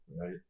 right